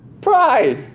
Pride